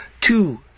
two